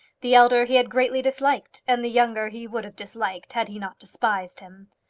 the elder he had greatly disliked, and the younger he would have disliked had he not despised him.